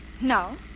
No